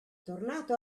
tornato